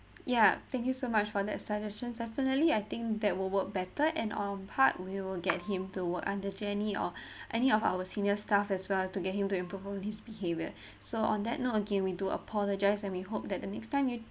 ya thank you so much for that suggestions definitely I think that will work better and our part we will get him to work under jenny or any of our senior staff as well to get him to improve on his behavior so on that note again we do apologize and we hope that the next time you